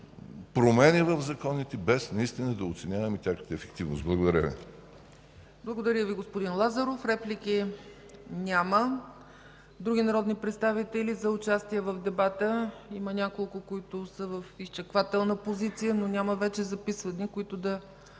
промени в законите, без да оценяваме тяхната ефективност. Благодаря Ви. ПРЕДСЕДАТЕЛ ЦЕЦКА ЦАЧЕВА: Благодаря Ви, господин Лазаров. Реплики? Няма. Други народни представители за участие в дебата? Има няколко, които са в изчаквателна позиция, но няма вече записани, които да